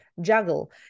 juggle